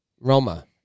Roma